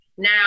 Now